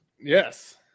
Yes